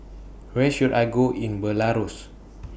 Where should I Go in Belarus